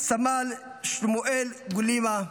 רס"ב שמואל גולימה,